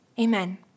Amen